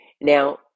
Now